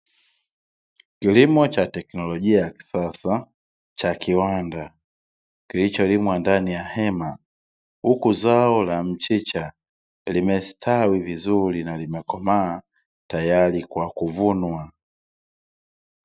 Kilimo cha teknolojia ya kisasa cha kiwanda, kilicholimwa ndani ya hema, huku zao la mchicha limestawi vizuri na limekomaa, tayari kwa kuvunwa.